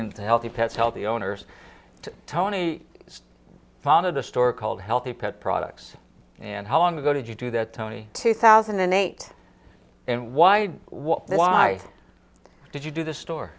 the healthy pets healthy owners to tony founded a store called healthy pet products and how long ago did you do that tony two thousand and eight and why what why did you do the store